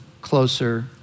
closer